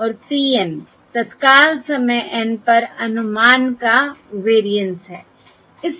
और P N तत्काल समय N पर अनुमान का वेरिएंस है